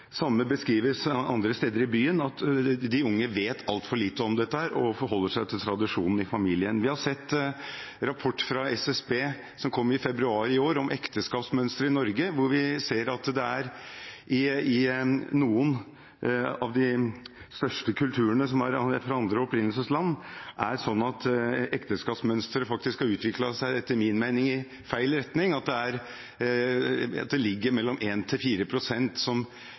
samme beskrives andre steder i byen – at de unge vet altfor lite om dette og forholder seg til tradisjonen i familien. Vi har sett av en rapport fra SSB, som kom i februar i år, om ekteskapsmønstre i Norge, at det i noen av de største kulturene fra andre opprinnelsesland er slik at ekteskapsmønsteret faktisk har utviklet seg, etter min mening, i feil retning